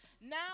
Now